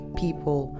people